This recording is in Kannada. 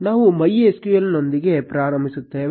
ನಾವು MySQL ನೊಂದಿಗೆ ಪ್ರಾರಂಭಿಸುತ್ತೇವೆ